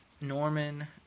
Norman